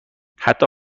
حتی